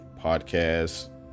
podcast